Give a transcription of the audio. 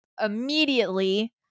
immediately